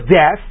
death